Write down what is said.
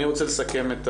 אני רוצה לסכם את